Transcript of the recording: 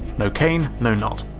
no kane, no nod.